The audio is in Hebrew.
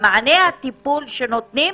במענה הטיפול שנותנים,